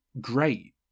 great